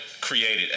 created